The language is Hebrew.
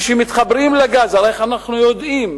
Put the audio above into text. כשמתחברים לגז, הרי איך אנחנו יודעים?